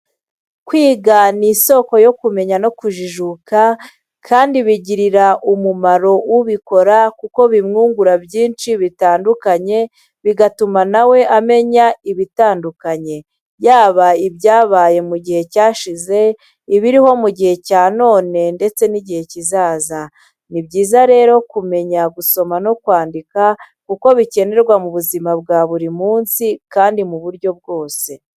Kwiga ni isoko yo kumenya no kujijuka kandi bigirira umumaro ubikora kuko bimwungura byinshi bitandukanye bigatuma na we amenya ibitandukanye, yaba ibyabaye mu gihe cyashize, ibiriho mu gihe cya none ndetse n'igihe kizaza. Ni byiza rero kumenya gusoma no kwandika kuko bikenerwa mu buzima bwa buri munsi kandi mu buryo bwose.